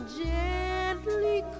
gently